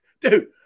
dude